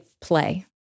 play